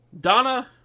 Donna